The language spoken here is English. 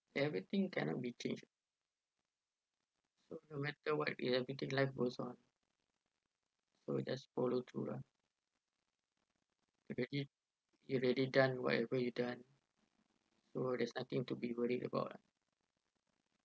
everything cannot be changed so no matter what you have to take life goes on so just follow through lah you already you already done whatever you done so there's nothing to be worried about lah